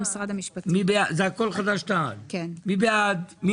רוויזיה על הסתייגות מספר 35. מי בעד קבלת הרוויזיה?